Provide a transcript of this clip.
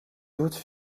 doutes